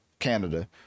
Canada